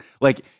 Like-